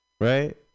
Right